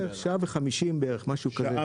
שעה ו-50 דקות, בערך, משהו כזה.